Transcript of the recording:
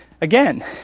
again